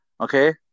Okay